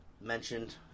mentioned